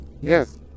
Yes